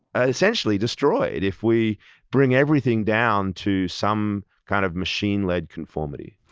essentially destroyed if we bring everything down to some kind of machine-led conformity.